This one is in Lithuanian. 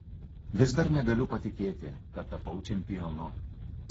vis dar negaliu patikėti kad tapau čempionu